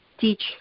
teach